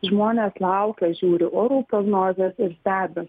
žmonės laukia žiūri orų prognozes ir stebi